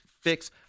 fix